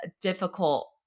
difficult